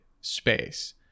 space